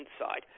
inside